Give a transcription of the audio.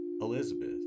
Elizabeth